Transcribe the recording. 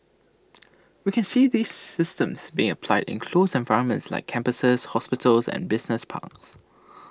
we can see these systems being applied in closed environments like campuses hospitals and business parks